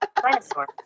Dinosaur